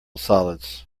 solids